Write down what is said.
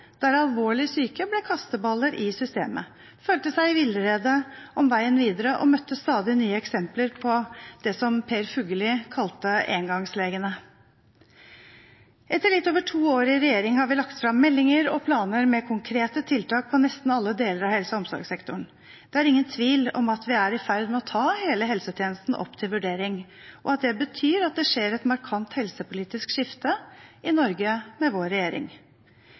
der alvorlig syke ble kasteballer i systemet, følte seg i villrede om veien videre og møtte stadig nye eksempler på det som Per Fugelli kalte «engangslegene». Etter litt over to år i regjering har vi lagt fram meldinger og planer med konkrete tiltak på nesten alle deler av helse- og omsorgssektoren. Det er ingen tvil om at vi er i ferd med å ta hele helsetjenesten opp til vurdering, og at det betyr at det skjer et markant helsepolitisk skifte i Norge med vår regjering.